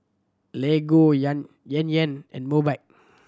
Lego Yan Yan and Mobike